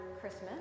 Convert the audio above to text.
Christmas